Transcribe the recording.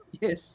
Yes